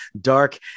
dark